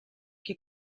che